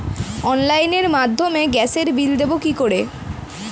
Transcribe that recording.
অনলাইনের মাধ্যমে গ্যাসের বিল দেবো কি করে?